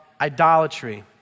idolatry